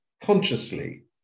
consciously